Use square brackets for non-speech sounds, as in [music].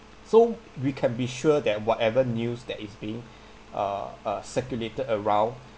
so we can be sure that whatever news that is being [breath] uh uh circulated around